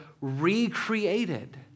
recreated